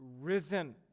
risen